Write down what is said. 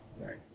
sorry